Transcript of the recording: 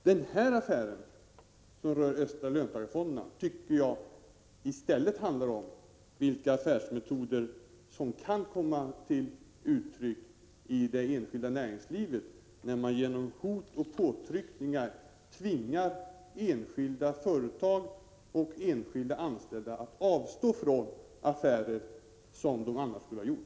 Den här affären som rör Östra löntagarfonden, tycker jag i stället handlar om vilka affärsmetoder som kan komma till uttryck i det enskilda näringslivet, när man genom hot och påtryckningar tvingar enskilda företag och enskilda anställda att avstå från affärer som de annars skulle ha gjort.